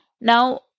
Now